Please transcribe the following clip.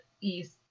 east